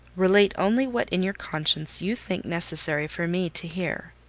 relate only what in your conscience you think necessary for me to hear.